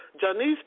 Janice